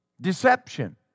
Deception